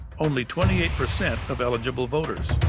only twenty eight percent of eligible voters.